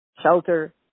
shelter